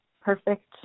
perfect